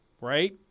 Right